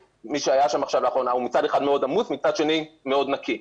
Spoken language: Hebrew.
שמצד אחד הוא עמוס ומצד שני הוא מאוד נקי.